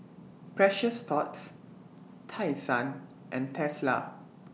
Precious Thots Tai Sun and Tesla